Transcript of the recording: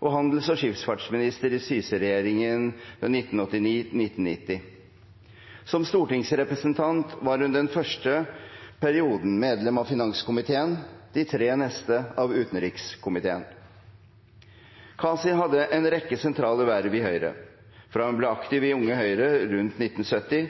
og handels- og skipsfartsminister i Syse-regjeringen 1989–1990. Som stortingsrepresentant var hun den første perioden medlem av finanskomiteen, de tre neste av utenrikskomiteen. Kaci hadde en rekke sentrale verv i Høyre, fra hun ble aktiv i Unge Høyre rundt 1970,